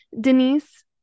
Denise